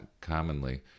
commonly